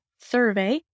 survey